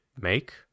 make